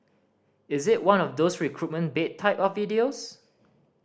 is it one of those recruitment bait type of videos